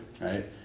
right